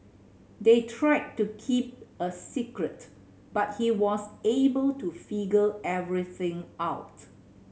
they tried to keep a secret but he was able to figure everything out